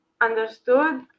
Understood